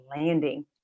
landing